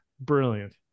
brilliant